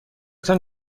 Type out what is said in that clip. تان